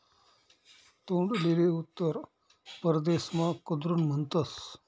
तोंडलीले उत्तर परदेसमा कुद्रुन म्हणतस